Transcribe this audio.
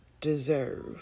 deserve